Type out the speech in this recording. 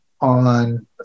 on